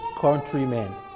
countrymen